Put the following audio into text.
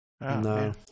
no